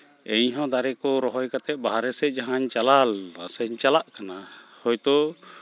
ᱤᱧᱦᱚᱸ ᱫᱟᱨᱮ ᱠᱚ ᱨᱚᱦᱚᱭ ᱠᱟᱛᱮᱫ ᱵᱟᱦᱨᱮ ᱥᱮᱫ ᱡᱟᱦᱟᱸᱧ ᱪᱟᱞᱟᱣ ᱞᱮᱱᱟ ᱥᱮᱧ ᱪᱟᱞᱟᱜ ᱠᱟᱱᱟ ᱦᱚᱭᱛᱳ